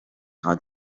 how